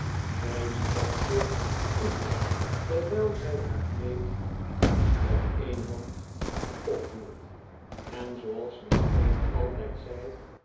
zij stapte in terwijl zij haar kleed met een blik op